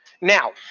Now